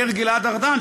אומר גלעד ארדן,